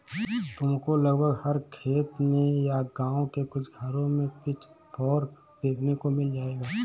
तुमको लगभग हर खेत में या गाँव के कुछ घरों में पिचफोर्क देखने को मिल जाएगा